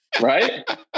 Right